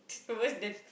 always that